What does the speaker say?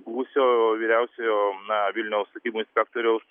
buvusio vyriausiojo na vilniaus statybų inspektoriaus